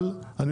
אבל הם